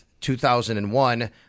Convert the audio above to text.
2001